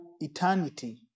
eternity